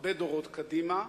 הרבה דורות קדימה,